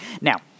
Now